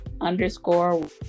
underscore